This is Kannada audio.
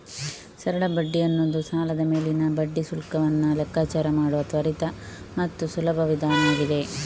ಸರಳ ಬಡ್ಡಿ ಅನ್ನುದು ಸಾಲದ ಮೇಲಿನ ಬಡ್ಡಿ ಶುಲ್ಕವನ್ನ ಲೆಕ್ಕಾಚಾರ ಮಾಡುವ ತ್ವರಿತ ಮತ್ತು ಸುಲಭ ವಿಧಾನ ಆಗಿದೆ